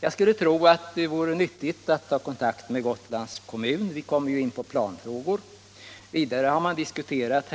Jag anser att det vore bra att ta kontakt med Gotlands kommun, bl.a. i planfrågorna. Det har också diskuterats